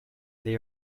they